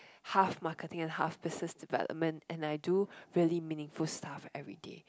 half marketing and half business development and I do really meaningful stuff everyday